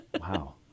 Wow